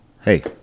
Hey